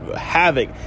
havoc